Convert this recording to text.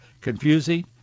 confusing